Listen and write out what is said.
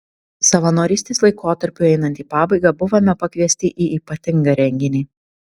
savanorystės laikotarpiui einant į pabaigą buvome pakviesti į ypatingą renginį